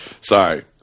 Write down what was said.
Sorry